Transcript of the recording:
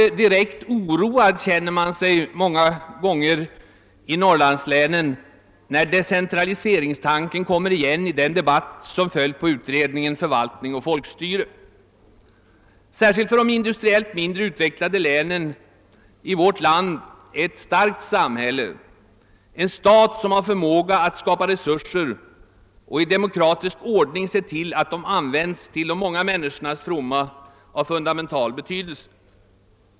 Direkt oroad känner man sig många gånger i Norrlandslänen när decentraliseringstanken kommer igen i den debatt som följt på utredningen >Förvaltning och folkstyrelse». Särskilt för de industriellt mindre utvecklade länen i vårt land är ett starkt samhälle, en stat som har förmåga att skapa resurser och att i demokratisk ordning se till att de används till de många människornas fromma, av fundamental betydelse.